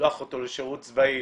לשלוח אותו לשירות צבאי